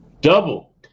Double